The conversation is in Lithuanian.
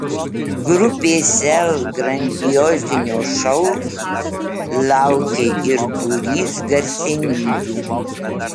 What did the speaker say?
grupės sel grandiozinio šou laukia ir būrys garsenybių